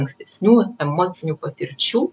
ankstesnių emocinių patirčių